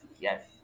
yes